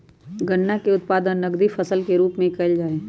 गन्ना के उत्पादन नकदी फसल के रूप में कइल जाहई